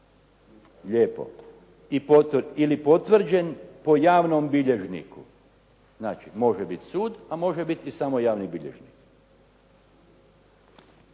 Lijepo. Ili potvrđen po javnom bilježniku. Znači, može biti sud a može biti i samo javni bilježnik.